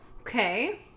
Okay